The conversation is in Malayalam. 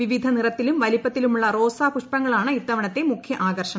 വിവിധനിറത്തിലും വലിപ്പത്തിലു മുള്ള റോസാ പുഷ്പങ്ങളാണ് ഇത്തവണത്തെ മുഖ്യ ആകർഷണം